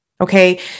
Okay